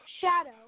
shadow